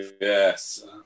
Yes